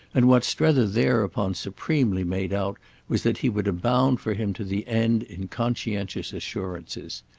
and what strether thereupon supremely made out was that he would abound for him to the end in conscientious assurances.